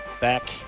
back